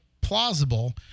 plausible